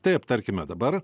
taip tarkime dabar